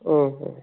ಹ್ಞೂ ಹ್ಞೂ